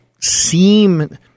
seem